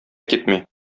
китми